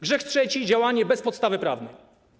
Grzech trzeci - działanie bez podstawy prawnej.